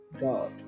God